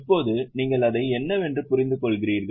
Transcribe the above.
இப்போது நீங்கள் அதை என்னவென்று புரிந்துகொள்கிறீர்கள்